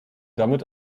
damit